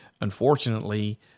Unfortunately